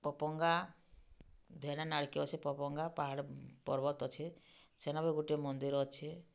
ପପଙ୍ଗା ଭେଡ଼େନ୍ ଆଡ଼୍କେ ଅଛେ ପପଙ୍ଗା ପାହାଡ଼୍ ପର୍ବତ୍ ଅଛେ ସେନେ ବି ଗୁଟେ ମନ୍ଦିର୍ ଅଛେ